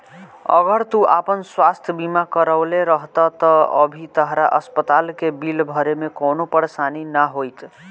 अगर तू आपन स्वास्थ बीमा करवले रहत त अभी तहरा अस्पताल के बिल भरे में कवनो परेशानी ना होईत